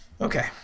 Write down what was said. Okay